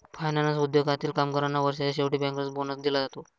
finance उद्योगातील कामगारांना वर्षाच्या शेवटी बँकर्स बोनस दिला जाते